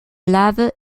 lave